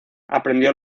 aprendió